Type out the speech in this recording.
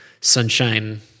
sunshine